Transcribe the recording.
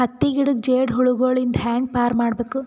ಹತ್ತಿ ಗಿಡಕ್ಕೆ ಜೇಡ ಹುಳಗಳು ಇಂದ ಹ್ಯಾಂಗ್ ಪಾರ್ ಮಾಡಬೇಕು?